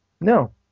No